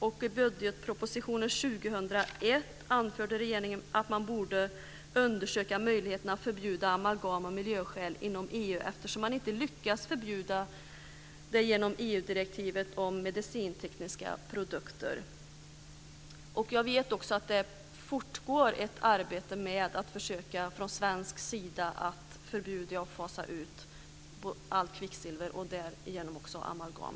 Och i budgetpropositionen 2001 anförde regeringen att man borde undersöka möjligheterna att förbjuda amalgam av miljöskäl inom EU eftersom man inte lyckats förbjuda det genom EU-direktivet om medicintekniska produkter. Jag vet också att det fortgår ett arbete från svensk sida med att försöka förbjuda och fasa ut allt kvicksilver och därigenom också amalgam.